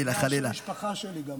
זה בגלל שאני יהודי, נכון?